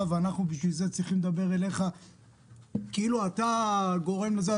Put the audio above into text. ואנחנו צריכים לדבר אליך כאילו אתה הגורם לזה.